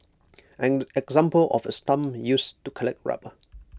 an example of A stump used to collect rubber